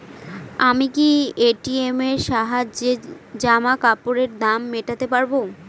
আমি কি আমার এ.টি.এম এর সাহায্যে জামাকাপরের দাম মেটাতে পারব?